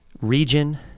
region